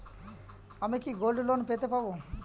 আমি কি gold loan পাবো?